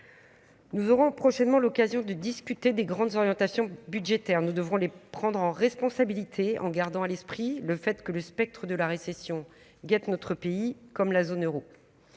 nous aurons prochainement l'occasion de discuter des grandes orientations budgétaires, nous devons les prendre en responsabilité, en gardant à l'esprit le fait que le spectre de la récession guette notre pays, comme la zone Euro,